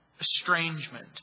estrangement